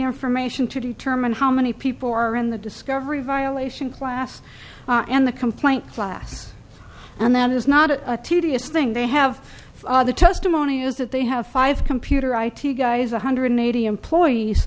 information to determine how many people are in the discovery violation class and the complaint class and that is not a serious thing they have the testimony is that they have five computer i t guys one hundred eighty employees